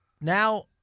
now –